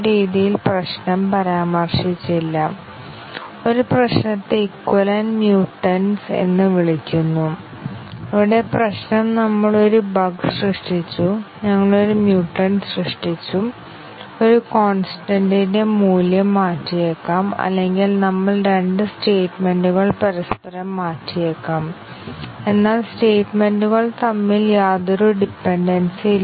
path coverage കൈവരിക്കുന്നത് ഞങ്ങൾ MCDC coverage നേടിയെന്ന് ഉറപ്പുവരുത്തുന്നില്ലെന്നും അതുപോലെ തന്നെ ഞങ്ങളുടെ ടെസ്റ്റ് സ്യൂട്ട് MCDC കവറേജ് കൈവരിക്കുകയാണെങ്കിൽ ഞങ്ങൾ പാത്ത് കവറേജ് നേടിയെന്ന് അർത്ഥമാക്കുന്നില്ലെന്നും ഞങ്ങൾ നേരത്തെ നിർവചിച്ചിരുന്നു